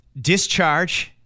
Discharge